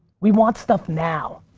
we want stuff now.